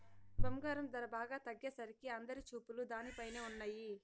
బంగారం ధర బాగా తగ్గేసరికి అందరి చూపులు దానిపైనే ఉన్నయ్యి